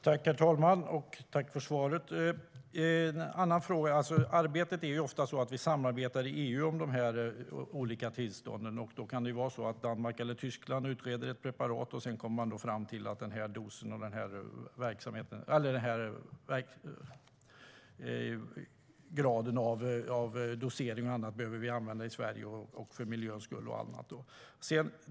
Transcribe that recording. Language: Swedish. Herr talman! Jag tackar för svaret. Jag vill ta upp en annan fråga. Arbetet går ofta till så att vi samarbetar i EU om de olika tillstånden. Då kan det vara så att Danmark eller Tyskland utreder ett preparat, och sedan kommer man fram till att vi i Sverige behöver använda en viss grad av dosering, för miljöns skull och annat.